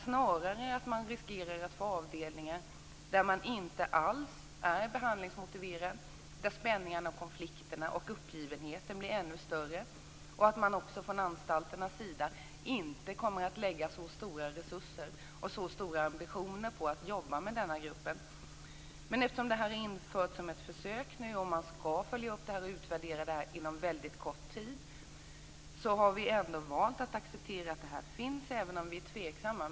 Snarare riskerar man då att få avdelningar med personer som inte alls är behandlingsmotiverade och där spänningarna, konflikterna och uppgivenheten blir ännu större. Dessutom kommer man inte från anstalternas sida att avsätta så stora resurser eller att ha så stora ambitioner när det gäller att jobba med denna grupp. Men eftersom det här nu är infört som ett försök och man skall följa upp det och utvärdera det inom kort tid, har vi valt att acceptera det, även om vi är tveksamma.